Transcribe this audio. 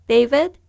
David